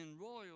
Royal